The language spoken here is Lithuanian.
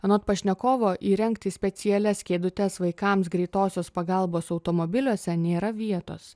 anot pašnekovo įrengti specialias kėdutes vaikams greitosios pagalbos automobiliuose nėra vietos